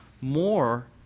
more